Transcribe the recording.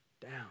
down